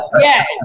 Yes